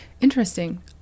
Interesting